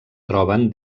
troben